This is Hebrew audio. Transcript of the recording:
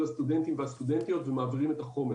הסטודנטים והסטודנטיות ומעבירים את החומר,